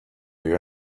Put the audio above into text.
you